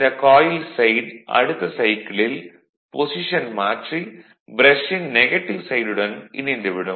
இந்த coil side அடுத்த சைக்கிளில் பொஷிசன் மாற்றி ப்ரஷின் நெகட்டிவ் சைடுடன் இணைந்துவிடும்